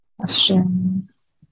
questions